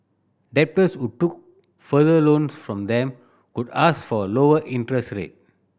debtors who took further loans from them could ask for a lower interest rate